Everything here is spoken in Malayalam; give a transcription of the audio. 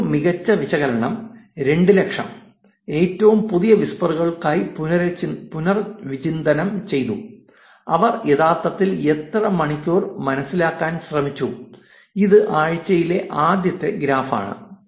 ഏറ്റവും മികച്ച വിശകലനം 200000 ഏറ്റവും പുതിയ വിസ്പറുകൾ ക്കായി പുനർവിചിന്തനം ചെയ്തു അവർ യഥാർത്ഥത്തിൽ എത്ര മണിക്കൂർ മനസ്സിലാക്കാൻ ശ്രമിച്ചു ഇത് ആഴ്ചയിലെ ആദ്യത്തെ ഗ്രാഫ് ആണ്